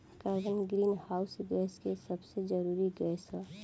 carbon greenhouse gas के सबसे जरूरी गैस ह